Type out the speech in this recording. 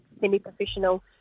semi-professional